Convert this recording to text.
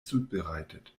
zubereitet